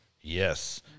Yes